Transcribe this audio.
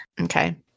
Okay